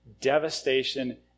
devastation